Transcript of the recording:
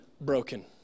broken